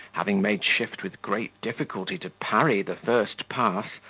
having made shift with great difficulty to parry the first pass,